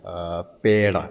peda